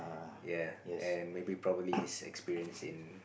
ya and maybe probably he's experience in